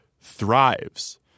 thrives